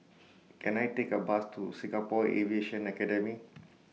Can I Take A Bus to Singapore Aviation Academy